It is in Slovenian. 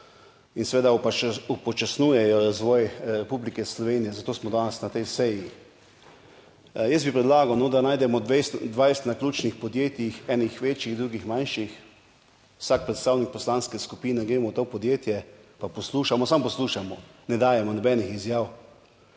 in seveda upočasnjujejo razvoj Republike Slovenije, zato smo danes na tej seji. Jaz bi predlagal, no, da najdemo 20, 20 naključnih podjetij, enih večjih, drugih manjših. Vsak predstavnik poslanske skupine gremo v to podjetje, pa poslušamo, samo poslušamo, ne dajemo nobenih izjav,